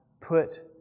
put